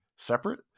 separate